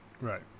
Right